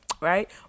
right